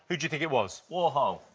who do you think it was? warhol.